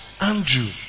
Andrew